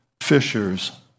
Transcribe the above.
fishers